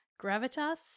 Gravitas